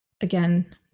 again